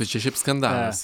tai čia šiaip skandalas